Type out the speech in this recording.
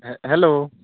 hello